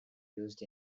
used